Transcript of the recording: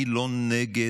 אני לא נגד